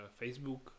Facebook